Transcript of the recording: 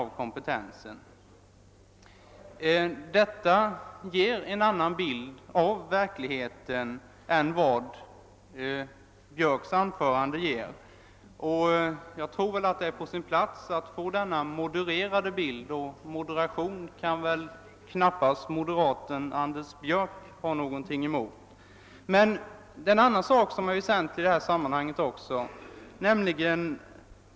Verkligheten är alltså en annan än vad herr Björck i sitt anförande gav intryck av. Jag tror att denna modererade bild är på sin plats i detta sammanhang — och moderation kan väl knappast moderaten Anders Björck ha något emot. Jag vill också ta upp en annan fråga i detta sammanhang.